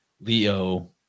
Leo